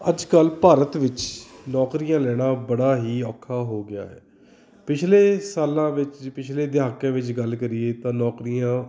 ਅੱਜ ਕੱਲ੍ਹ ਭਾਰਤ ਵਿੱਚ ਨੌਕਰੀਆਂ ਲੈਣਾ ਬੜਾ ਹੀ ਔਖਾ ਹੋ ਗਿਆ ਹੈ ਪਿਛਲੇ ਸਾਲਾਂ ਵਿੱਚ ਪਿਛਲੇ ਦਹਾਕਿਆਂ ਵਿੱਚ ਗੱਲ ਕਰੀਏ ਤਾਂ ਨੌਕਰੀਆਂ